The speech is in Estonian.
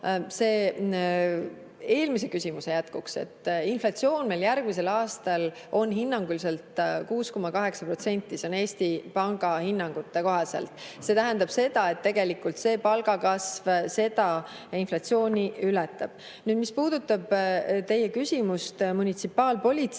eelmise küsimuse jätkuks. Inflatsioon on meil järgmisel aastal hinnanguliselt 6,8%. See on Eesti Panga hinnangute kohaselt. See tähendab seda, et tegelikult see palgakasv seda inflatsiooni ületab. Mis puudutab teie küsimust munitsipaalpolitsei